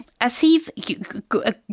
Asif